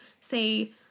say